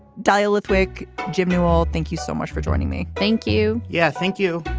dahlia lithwick jim newell thank you so much for joining me. thank you. yeah. thank you.